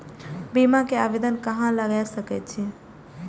बीमा के आवेदन कहाँ लगा सके छी?